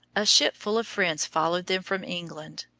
a shipful of friends followed them from england.